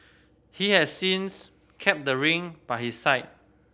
he has since kept the ring by his side